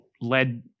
led